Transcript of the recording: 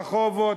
רחובות,